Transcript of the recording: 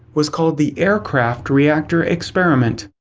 was called the aircraft reactor experiment.